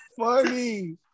funny